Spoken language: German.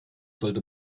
sollte